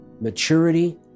maturity